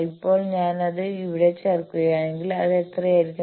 ഇപ്പോൾ ഞാൻ അത് ഇവിടെ ചേർക്കുകയാണെങ്കിൽ അത് എത്രയായിരിക്കും